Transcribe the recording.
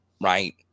right